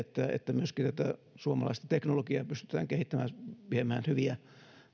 se että myöskin tätä suomalaista teknologiaa pystytään kehittämään ja viemään hyviä